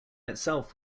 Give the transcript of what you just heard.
itself